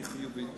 היא חיובית.